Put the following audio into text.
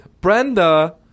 Brenda